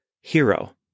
hero